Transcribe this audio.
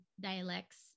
dialects